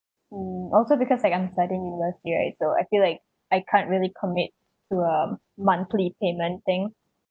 mm also because like I'm studying university right so I feel like I can't really commit to um monthly payment thing